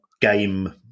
game